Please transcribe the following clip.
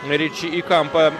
riči į kampą